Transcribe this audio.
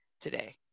today